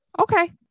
Okay